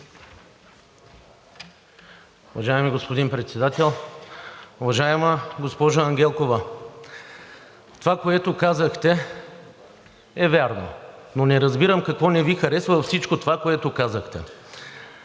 Уважаеми господин Председател! Уважаема госпожо Ангелкова, това, което казахте, е вярно, но не разбирам какво не Ви харесва във всичко това, което казахте?